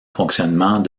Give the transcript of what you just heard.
fonctionnement